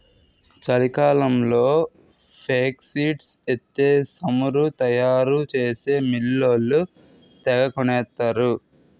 చలికాలంలో ఫేక్సీడ్స్ ఎత్తే సమురు తయారు చేసే మిల్లోళ్ళు తెగకొనేత్తరు